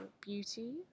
beauty